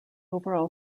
overall